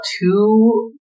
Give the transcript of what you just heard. two